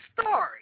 story